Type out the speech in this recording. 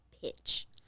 pitch